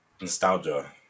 Nostalgia